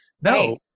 no